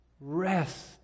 rest